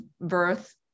birth